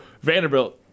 Vanderbilt